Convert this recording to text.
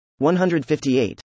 158